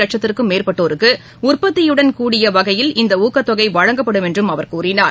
லட்சத்துக்கும் மேற்பட்டோருக்குஉற்பத்தியுடன் கூடிய வகையில் இந்தஊக்கத் தொகைவழங்கப்படும் என்றும் அவர் கூறினார்